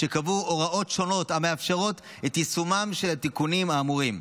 שקבעו הוראות שונות המאפשרות את יישומם של התיקונים האמורים.